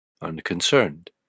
unconcerned